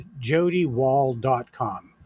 jodywall.com